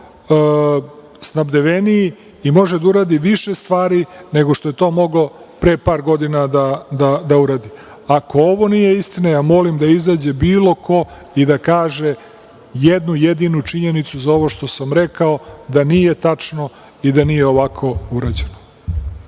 snabdeveniji i može da uradi više stvari nego što je to mogao pre par godina da uradi. Ako ovo nije istina, ja molim da izađe bilo ko i da kaže jednu jedinu činjenicu za ovo što sam rekao, da nije tačno i da nije ovako urađeno.